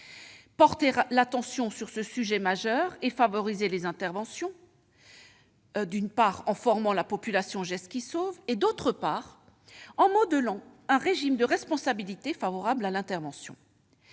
porter l'attention sur ce sujet majeur et favoriser les interventions, d'une part, en formant la population aux gestes qui sauvent et, d'autre part, en modelant un régime de responsabilité favorable à l'intervention.